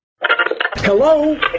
Hello